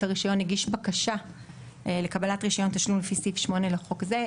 הרישיון יגיש בקשה לקבלת רישיון תשלום לפי סעיף 8 לחוק זה,